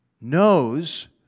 knows